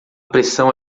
pressão